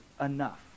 enough